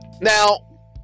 Now